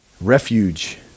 Refuge